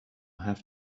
have